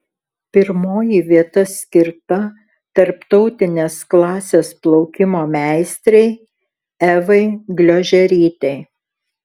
pirmoji vieta skirta tarptautinės klasės plaukimo meistrei evai gliožerytei